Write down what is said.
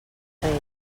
rei